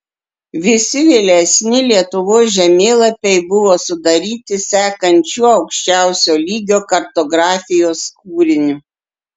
visi vėlesni lietuvos žemėlapiai buvo sudaryti sekant šiuo aukščiausio lygio kartografijos kūriniu